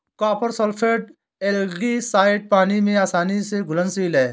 copper sulphate algicide पानी में आसानी से घुलनशील है